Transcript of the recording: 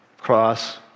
cross